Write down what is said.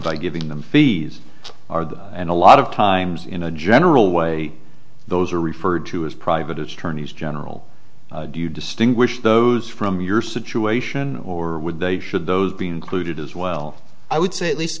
by giving them fees are and a lot of times in a general way those are referred to as private attorneys general do you distinguish those from your situation or would they should those be included as well i would say at least